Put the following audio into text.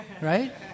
right